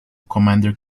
commander